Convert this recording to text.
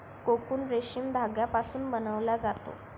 cocoon रेशीम धाग्यापासून बनवला जातो